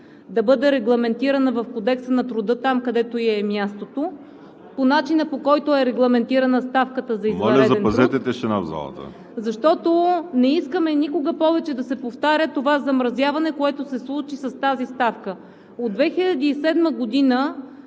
да бъде регламентирана в Кодекса на труда там, където ѝ е мястото, по начина, по който е регламентирана ставката за извънреден труд, защото не искаме никога повече да се повтаря това замразяване, което се случи с тази ставка. От 2007 г.